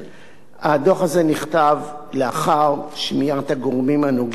הדוח הזה נכתב לאחר שמיעת הגורמים הנוגעים בדבר.